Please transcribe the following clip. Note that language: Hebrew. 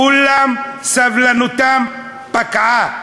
כולם, סבלנותם פקעה.